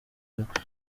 kwiruka